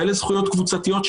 ואלה זכויות קבוצתיות,